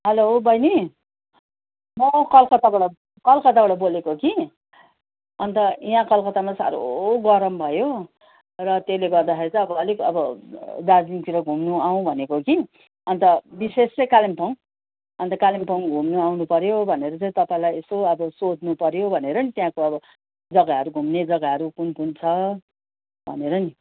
hello बहिनी म कलकत्ताबाट कलकत्ताबाट बोलेको कि अन्त यहाँ कलकत्तामा साह्रो गरम भयो र त्यसले गर्दाखेरि चाहिँ अब अलिक अब दार्जिलिङतिर घुम्नु आउँ भनेको कि अन्त विशेष चाहिँ कालिम्पोङ अन्त कालिम्पोङ घुम्नु आउनुपऱ्यो भनेर चाहिँ तपाईँलाई यसो अब सोध्नुपऱ्यो भनेर नि त्यहाँको अब जग्गाहरू घुम्ने जग्गाहरू कुन कुन छ भनेर नि